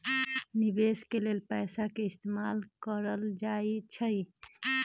निवेश के लेल पैसा के इस्तमाल कएल जाई छई